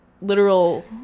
literal